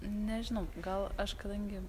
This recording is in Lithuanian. nežinau gal aš kadangi